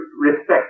respect